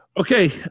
okay